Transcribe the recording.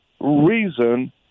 reason